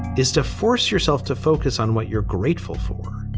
is to force yourself to focus on what you're grateful for.